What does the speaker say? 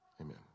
Amen